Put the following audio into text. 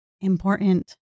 important